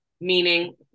meaning